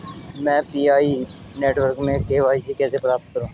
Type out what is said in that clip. मैं PI network में KYC कैसे प्राप्त करूँ?